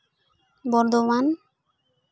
Bardhaman